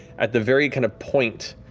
at the very kind of point,